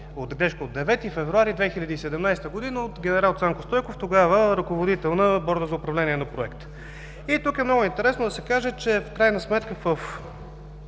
от 9 февруари 2017 г. от генерал Цанко Стойков, тогава ръководител на Борда за управление на Проекта. Тук е много интересно да се каже, че в крайна сметка